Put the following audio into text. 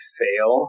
fail